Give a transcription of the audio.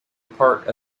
part